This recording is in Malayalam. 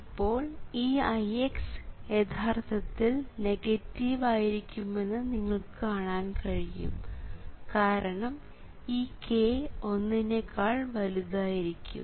ഇപ്പോൾ ഈ Ix യഥാർത്ഥത്തിൽ നെഗറ്റീവ് ആയിരിക്കുമെന്ന് നിങ്ങൾക്ക് കാണാൻ കഴിയും കാരണം ഈ k ഒന്നിനേക്കാൾ വലുതായിരിക്കും